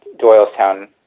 Doylestown